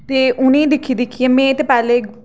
ते उ'नेंगी दिक्खी दिक्खी में ते पैह्ले